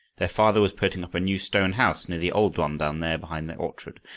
their father was putting up a new stone house, near the old one down there behind the orchard,